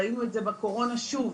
ראינו את זה בקורונה שוב,